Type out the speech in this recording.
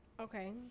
Okay